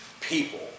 people